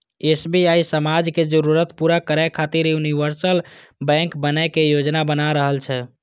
SBI समाजक जरूरत पूरा करै खातिर यूनिवर्सल बैंक बनै के योजना बना रहल छै